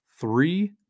Three